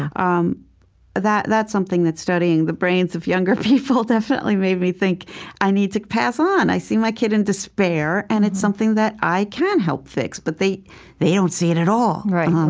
um that's something that studying the brains of younger people definitely made me think i need to pass on. i see my kid in despair, and it's something that i can help fix, but they they don't see it at all right. um